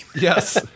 Yes